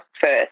first